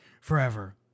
forever